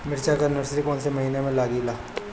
मिरचा का नर्सरी कौने महीना में लागिला?